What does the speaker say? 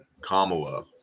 Kamala